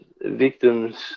victims